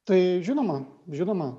tai žinoma žinoma